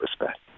respect